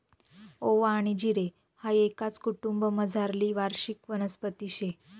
ओवा आनी जिरे हाई एकाच कुटुंबमझारली वार्षिक वनस्पती शे